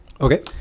Okay